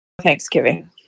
Thanksgiving